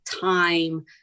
time